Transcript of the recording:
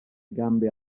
gambe